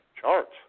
charts